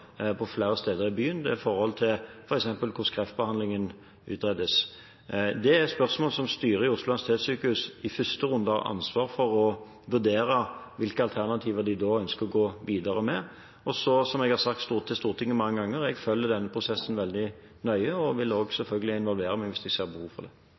på flere steder i byen. Det gjelder f.eks. hvor kreftbehandlingen skal utredes. Det er spørsmål som styret i Oslo universitetssykehus i første runde har ansvar for å vurdere, hvilke alternativer de ønsker å gå videre med. Som jeg har sagt til Stortinget mange ganger, følger jeg denne prosessen veldig nøye, og jeg vil selvfølgelig involvere meg hvis jeg ser det er behov for det.